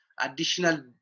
additional